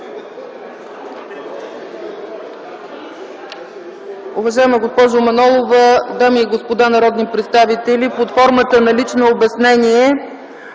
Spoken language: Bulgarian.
Уважаема госпожо Манолова, дами и господа народни представители! Под формата на лично обяснение